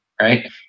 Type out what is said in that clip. right